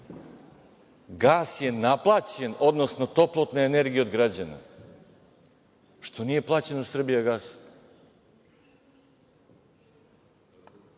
Gas je naplaćen, odnosno toplotna energija od građana. Što nije plaćeno „Srbijagasu“?